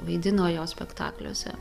vaidino jo spektakliuose